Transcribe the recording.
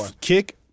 kick